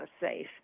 safe